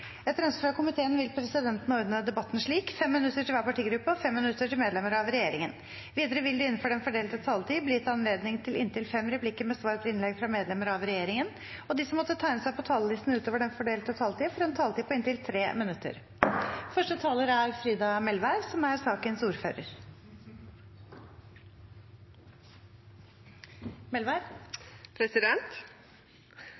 Etter ønske fra justiskomiteen vil presidenten ordne debatten slik: 5 minutter til hver partigruppe og 5 minutter til medlemmer av regjeringen. Videre vil det – innenfor den fordelte taletid – bli gitt anledning til inntil fem replikker med svar etter innlegg fra medlemmer av regjeringen, og de som måtte tegne seg på talerlisten utover den fordelte taletid, får også en taletid på inntil 3 minutter. Første taler er Frida Melvær, istedenfor Ingunn Foss, som er ordfører